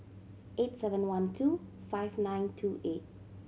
eight seven one two five nine two eight